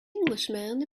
englishman